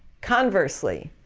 conversely,